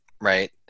right